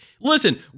Listen